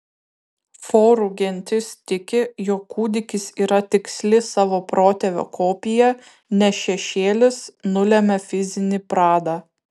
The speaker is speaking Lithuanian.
forų gentis tiki jog kūdikis yra tiksli savo protėvio kopija nes šešėlis nulemia fizinį pradą